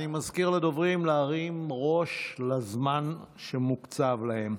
אני מזכיר לדוברים להרים ראש לזמן שמוקצב להם.